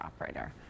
operator